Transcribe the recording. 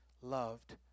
loved